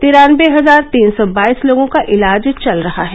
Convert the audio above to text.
तिरान्नबे हजार तीन सौ बाईस लोगों का इलाज चल रहा है